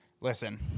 listen